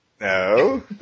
No